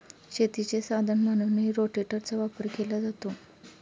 शेतीचे साधन म्हणूनही रोटेटरचा वापर केला जातो